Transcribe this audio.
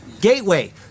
Gateway